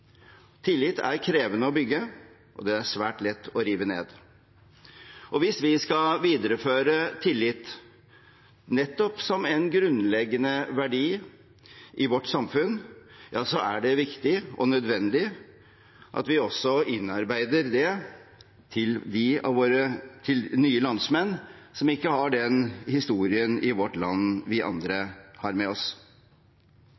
Tillit er krevende å bygge og svært lett å rive ned. Hvis vi skal videreføre tillit som nettopp en grunnleggende verdi i vårt samfunn, er det viktig og nødvendig at vi innarbeider det til våre nye landsmenn, som ikke har den historien fra vårt land som vi andre